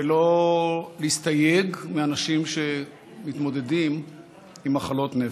ולא להסתייג מאנשים שמתמודדים עם מחלות נפש.